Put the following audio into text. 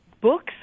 Books